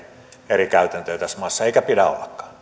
eri käytäntöä tässä maassa eikä pidä ollakaan